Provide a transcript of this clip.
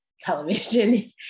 television